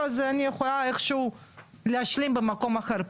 אז אני יכולה איכשהו להשלים במקום אחר,